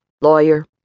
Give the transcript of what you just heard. lawyer